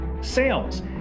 Sales